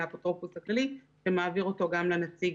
לאפוטרופוס הכללי שמעביר אותו גם לנציג